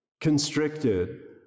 constricted